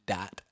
Dot